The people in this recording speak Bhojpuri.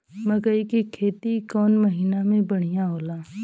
मकई के खेती कौन महीना में बढ़िया होला?